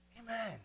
Amen